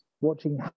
watching